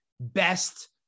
best